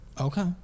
okay